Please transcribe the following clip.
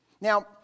Now